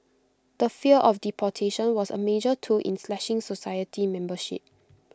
the fear of deportation was A major tool in slashing society membership